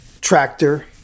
tractor